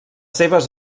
seves